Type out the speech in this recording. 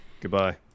Goodbye